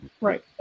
right